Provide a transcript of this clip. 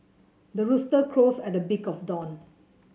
the rooster crows at the break of dawn